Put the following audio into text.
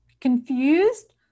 confused